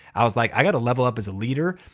i was like, i gotta level up as a leader.